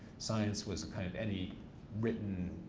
science was kind of any written